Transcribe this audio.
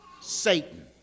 Satan